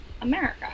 America